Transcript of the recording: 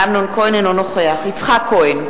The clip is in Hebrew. אינו נוכח יצחק כהן,